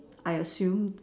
I assumed